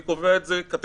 אני קובע את זה קטגורית.